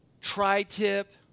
tri-tip